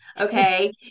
okay